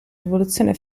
rivoluzione